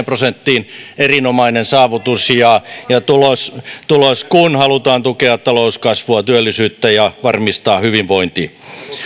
prosenttiin erinomainen saavutus ja ja tulos tulos kun halutaan tukea talouskasvua työllisyyttä ja varmistaa hyvinvointi